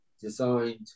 designed